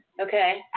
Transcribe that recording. Okay